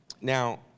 Now